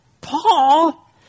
Paul